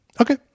Okay